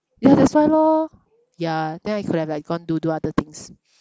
ya that's why lor ya then I could have like gone to do other things